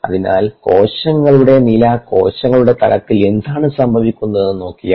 അതിനാൽ കോശങ്ങളുടെ നില കോശങ്ങളുടെ തലത്തിൽ എന്താണ് സംഭവിക്കുന്നതെന്ന് നോക്കിയാൽ